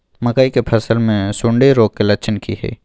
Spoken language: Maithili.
मकई के फसल मे सुंडी रोग के लक्षण की हय?